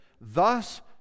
Thus